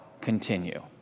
continue